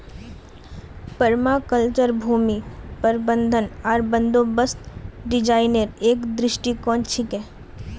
permaculture भूमि प्रबंधन आर बंदोबस्त डिजाइनेर एक दृष्टिकोण छिके